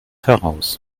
heraus